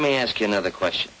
let me ask you another question